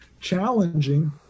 challenging